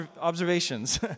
observations